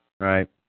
Right